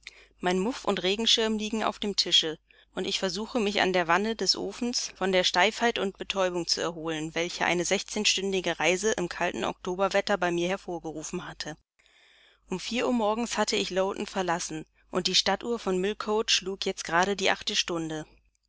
mein muff und regenschirm liegen auf dem tische und ich versuche mich an der wärme des ofens von der steifheit und betäubung zu erholen welche eine sechszehnstündige reise in kaltem oktoberwetter bei mir hervorgerufen hatte um vier uhr morgens hatte ich lowton verlassen und die stadtuhr von millcote schlug jetzt gerade die achte stunde